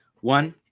one